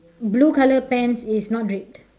blue colour pants is not draped